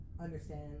Understand